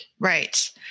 Right